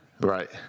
Right